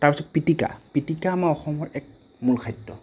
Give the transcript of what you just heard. তাৰ পিছত পিটিকা পিটিকা আমাৰ অসমৰ এক মূল খাদ্য